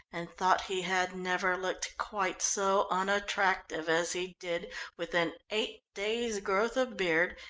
and thought he had never looked quite so unattractive as he did with an eight-days' growth of beard,